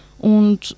Und